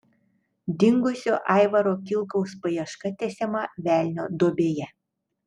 dingusio aivaro kilkaus paieška tęsiama velnio duobėje